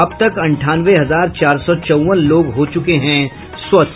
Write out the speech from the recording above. अब तक अंठानवे हजार चार सौ चौवन लोग हो चुके हैं स्वस्थ